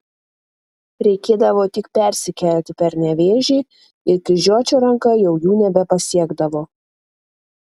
reikėdavo tik persikelti per nevėžį ir kryžiuočio ranka jau jų nebepasiekdavo